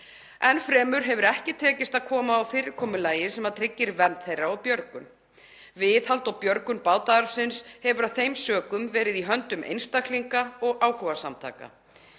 Enn fremur hefur ekki tekist að koma á fyrirkomulagi sem tryggir vernd þeirra og björgun. Viðhald og björgun bátaarfsins hefur af þeim sökum verið í höndum einstaklinga og áhugasamtaka.